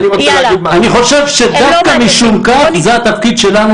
אני חושב שדווקא משום כך זה התפקיד שלנו,